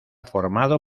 formado